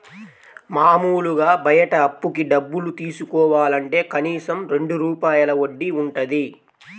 మాములుగా బయట అప్పుకి డబ్బులు తీసుకోవాలంటే కనీసం రెండు రూపాయల వడ్డీ వుంటది